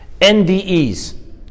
NDEs